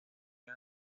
cae